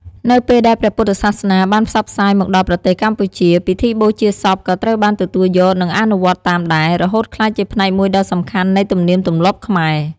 នៅពេលដែលព្រះពុទ្ធសាសនាបានផ្សព្វផ្សាយមកដល់ប្រទេសកម្ពុជា ពិធីបូជាសពក៏ត្រូវបានទទួលយក និងអនុវត្តតាមដែរ រហូតក្លាយជាផ្នែកមួយដ៏សំខាន់នៃទំនៀមទម្លាប់ខ្មែរ។